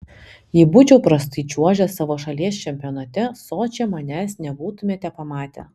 jei būčiau prastai čiuožęs savo šalies čempionate sočyje manęs nebūtumėte pamatę